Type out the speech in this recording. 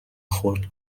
خرد